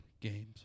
Games